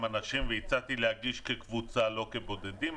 אנשים והצעתי להגיש כקבוצה לא כבודדים,